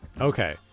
okay